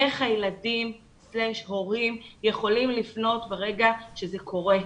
איך הילדים/הורים יכולים לפנות ברגע שזה קורה.